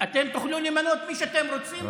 אתם תוכלו למנות את מי שאתם רוצים,